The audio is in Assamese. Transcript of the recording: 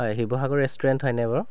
হয় শিৱসাগৰ ৰেষ্টুৰেণ্ট হয়নে বাৰু